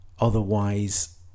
Otherwise